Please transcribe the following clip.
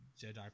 Jedi